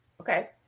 Okay